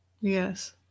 Yes